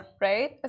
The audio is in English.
Right